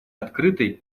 открытой